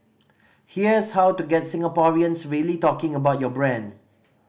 here's how to get Singaporeans really talking about your brand